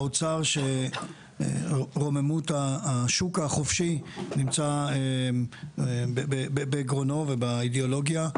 האוצר שרוממות השוק החופשי נמצאת בגרונו ובאידיאולוגיה,